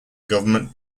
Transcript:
government